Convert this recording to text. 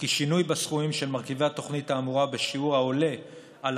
וכי שינוי בסכומים של מרכיבי התוכנית האמורה בשיעור העולה על